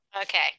Okay